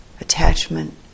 attachment